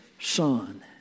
son